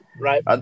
Right